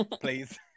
please